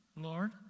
Lord